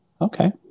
Okay